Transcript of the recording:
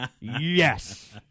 Yes